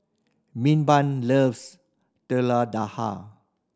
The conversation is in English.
Milburn loves Telur Dadah